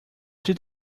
did